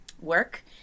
work